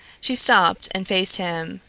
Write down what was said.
she stopped and faced him.